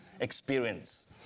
experience